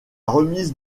remise